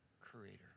creator